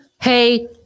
Hey